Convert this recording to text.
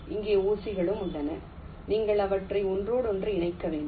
இங்கே ஊசிகளும் உள்ளன நீங்கள் அவற்றை ஒன்றோடொன்று இணைக்க வேண்டும்